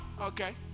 okay